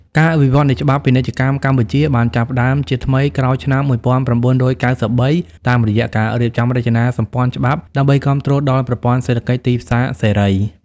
ការវិវត្តនៃច្បាប់ពាណិជ្ជកម្មកម្ពុជាបានចាប់ផ្ដើមជាថ្មីក្រោយឆ្នាំ ១៩៩៣ តាមរយៈការរៀបចំរចនាសម្ព័ន្ធច្បាប់ ដើម្បីគាំទ្រដល់ប្រព័ន្ធសេដ្ឋកិច្ចទីផ្សារសេរី។